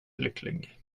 lycklig